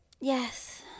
yes